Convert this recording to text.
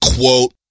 Quote